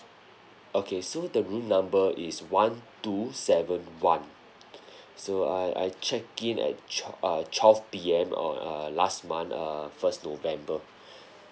okay so the room number is one two seven one so I I check in at tw~ uh twelve P_M on uh last month err first november